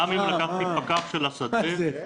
גם אם לקחתי פקח של השדה,